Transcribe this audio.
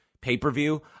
pay-per-view